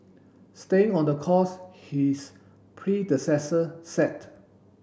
staying on the course his predecessor set